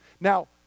Now